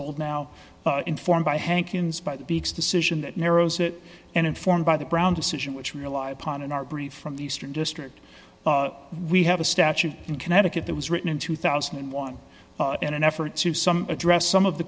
old now informed by hankins by the beaks decision that narrows it and informed by the brown decision which we rely upon in our brief from the eastern district we have a statute in connecticut that was written in two thousand and one in an effort to some address some of the